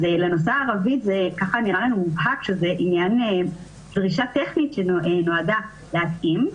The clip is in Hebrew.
אז לנושא הערבית זה נראה לנו מובהק שזו דרישה טכנית שנועדה להתאים.